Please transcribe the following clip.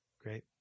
Great